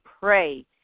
pray